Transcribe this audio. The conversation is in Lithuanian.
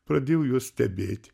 pradėjau juos stebėti